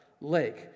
lake